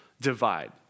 divide